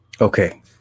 Okay